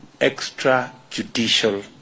extrajudicial